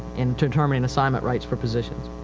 in determining assignment rights for positions.